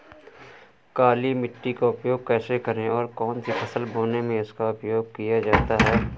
काली मिट्टी का उपयोग कैसे करें और कौन सी फसल बोने में इसका उपयोग किया जाता है?